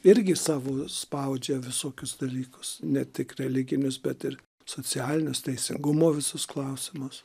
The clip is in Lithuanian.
irgi savo spaudžia visokius dalykus ne tik religinius bet ir socialinius teisingumo visus klausimus